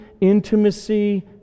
intimacy